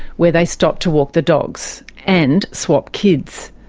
where they stopped to walk the dogs, and swap kids.